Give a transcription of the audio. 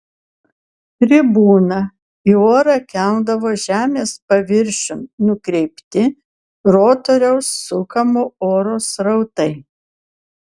tribūną į orą keldavo žemės paviršiun nukreipti rotoriaus sukamo oro srautai